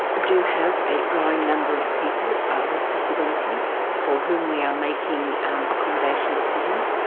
do have a growing number of people with disability for whom we are making um accommodation decisions.